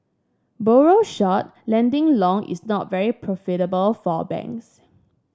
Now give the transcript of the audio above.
borrow short lending long is not very profitable for banks